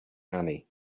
annie